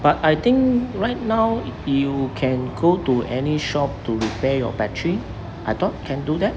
but I think right now you you can go to any shop to repair your battery I thought can do that